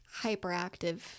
hyperactive